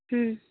ᱦᱩᱸ